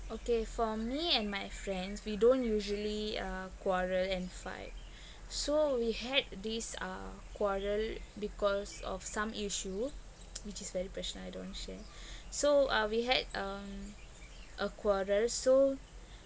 okay for me and my friends we don't usually uh quarrel and fight so we had this uh quarrel because of some issue which is very personal I don't wanna share so uh we had um a quarrel so